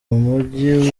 umujyi